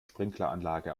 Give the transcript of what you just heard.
sprinkleranlage